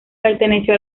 perteneció